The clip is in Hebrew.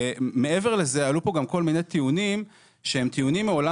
מעבר לזה עלו פה גם כל מיני טיעונים שהם טיעונים מעולם